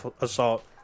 assault